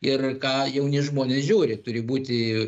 ir ką jauni žmonės žiūri turi būti